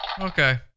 Okay